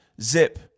zip